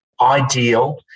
ideal